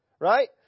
right